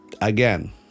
Again